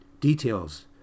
details